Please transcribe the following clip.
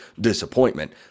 disappointment